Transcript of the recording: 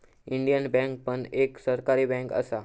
Indian bank पण एक सरकारी बँक असा